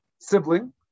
sibling